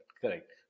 correct